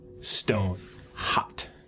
stone-hot